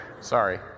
Sorry